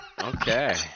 okay